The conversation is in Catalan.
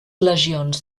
legions